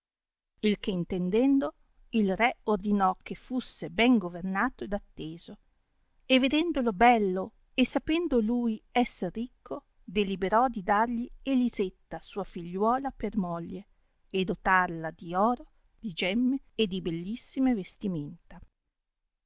che intendendo il re ordinò che fusse ben governato ed atteso e vedendolo bello e sapendo lui esser ricco deliberò di dargli elisetta sua figliuola per moglie e dotarla di oro di gemme e di bellissime vestimenta